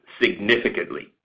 significantly